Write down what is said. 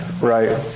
right